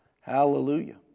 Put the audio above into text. hallelujah